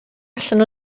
allan